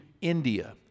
India